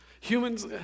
Humans